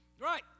right